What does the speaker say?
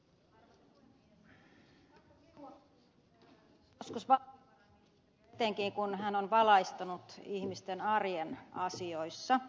pakko kehuakin joskus valtiovarainministeriä etenkin kun hän on valaistunut ihmisten arjen asioissa